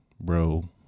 bro